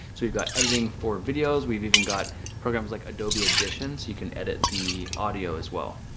so you've got editing for videos, we've even got programs like adobe edition so you can edit the audio as well.